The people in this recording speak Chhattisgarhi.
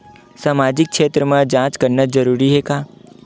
सामाजिक क्षेत्र म जांच करना जरूरी हे का?